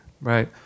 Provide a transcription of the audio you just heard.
Right